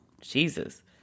Jesus